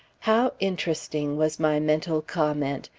how interesting! was my mental comment.